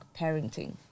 parenting